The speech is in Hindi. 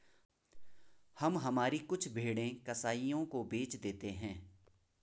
हम हमारी कुछ भेड़ें कसाइयों को बेच देते हैं